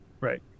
right